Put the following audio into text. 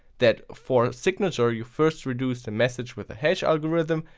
that for signature you first reduce the message with a hash algorithm,